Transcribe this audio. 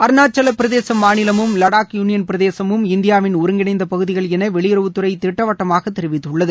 அருணாச்சல பிரதேச மாநிலமும் லடாக் யூனியன் பிரதேசமும் இந்தியாவின் ஒருங்கிணைந்த பகுதிகள் என வெளியுறவுத் துறை திட்டவட்டமாக தெரிவித்துள்ளது